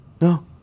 no